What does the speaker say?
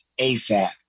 asap